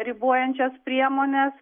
ribojančias priemones